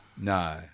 No